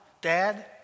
Dad